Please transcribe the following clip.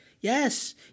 yes